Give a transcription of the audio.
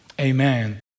Amen